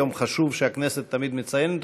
יום חשוב שהכנסת תמיד מציינת: